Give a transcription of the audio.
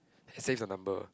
then saves her number